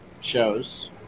shows